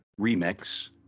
remix